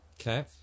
Okay